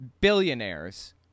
billionaires